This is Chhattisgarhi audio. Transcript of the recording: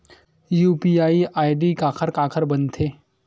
यू.पी.आई आई.डी काखर काखर बनथे?